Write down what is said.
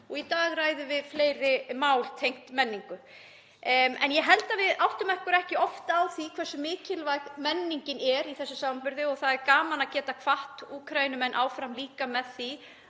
og í dag ræðum við fleiri mál tengd menningu. Ég held að við áttum okkur ekki oft á því hversu mikilvæg menningin er í þessum samanburði og það er gaman að geta hvatt Úkraínumenn áfram líka með því